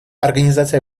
организация